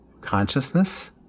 consciousness